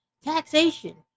Taxation